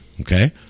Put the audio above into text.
Okay